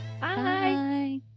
Bye